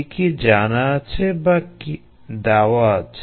কী কী জানা আছে বা দেওয়া আছে